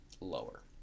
lower